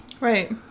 right